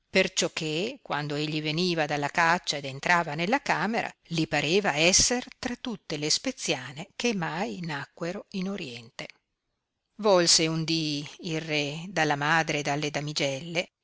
contento perciò che quando egli veniva dalla caccia ed entrava nella camera li pareva esser tra tutte le speziane che mai nacquero in oriente volse un dì il re dalla madre e dalle damigelle